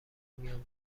میام